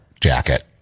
jacket